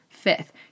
Fifth